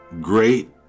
great